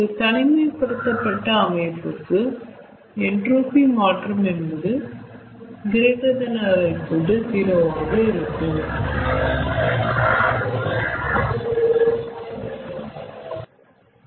ஒரு தனிமைப்படுத்தப்பட்ட அமைப்புக்கு என்ட்ரோபி மாற்றம் என்பது ≥0 ஆக இருக்கும்